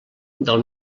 del